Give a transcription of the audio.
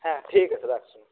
হ্যাঁ ঠিক আছে রাখছি